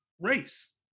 race